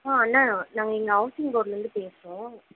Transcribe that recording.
அண்ணா நாங்கள் இங்கே ஹவுஸிங் போர்ட்டில் இருந்து பேசுகிறோம்